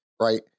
right